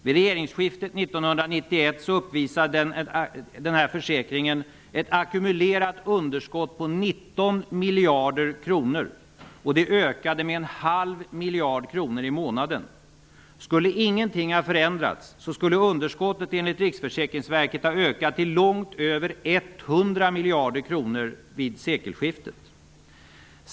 Vid regeringsskiftet 1991 uppvisade den här försäkringen ett ackumulerat underskott på 19 miljarder kronor. Det ökade med en halv miljard kronor i månaden. Skulle ingenting ha förändrats skulle underskottet enligt Riksförsäkringsverket ha ökat till långt över 100 miljarder kronor vid sekelskiftet.